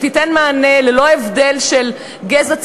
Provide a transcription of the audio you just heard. שתיתן מענה ללא הבדל של גזע,